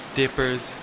dippers